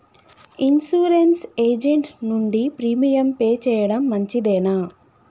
Insurance agent నుండి premium pay చేయడం మంచిదేనా?